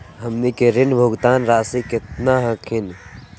हमनी के ऋण भुगतान रासी केतना हखिन?